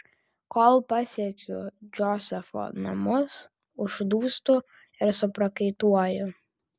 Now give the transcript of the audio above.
kol pasiekiu džozefo namus uždūstu ir suprakaituoju